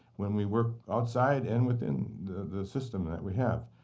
when we work outside and within the system that we have.